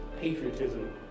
patriotism